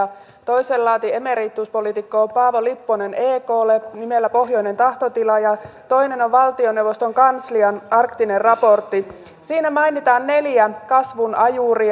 toisen laati emerituspoliitikko paavo lipponen eklle nimellä pohjoinen tahtotila ja toinen on valtioneuvoston kanslian arktinen raportti jossa mainitaan neljä kasvun ajuria